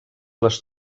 les